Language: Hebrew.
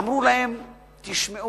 אמרו להם: תשמעו,